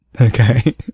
Okay